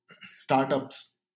startups